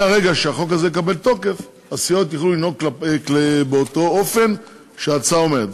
מהרגע שהחוק הזה יקבל תוקף הסיעות יוכלו לנהוג באותו אופן שההצעה אומרת.